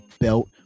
Belt